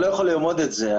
אני לא יכול לאמוד את זה,